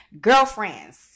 girlfriends